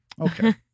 Okay